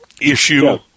issue